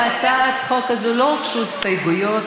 להצעת החוק הזאת לא הוגשו הסתייגויות,